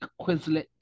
Quizlet